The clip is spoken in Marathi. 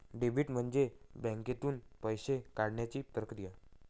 डेबिट म्हणजे बँकेतून पैसे काढण्याची प्रक्रिया